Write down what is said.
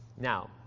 Now